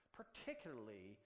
particularly